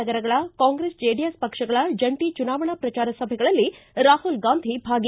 ನಗರಗಳ ಕಾಂಗ್ರೆಸ್ ಜೆಡಿಎಸ್ ಪಕ್ಷಗಳ ಜಂಟಿ ಚುನಾವಣಾ ಪ್ರಚಾರ ಸಭೆಗಳಲ್ಲಿ ರಾಹುಲ್ ಗಾಂಧಿ ಭಾಗಿ